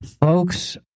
folks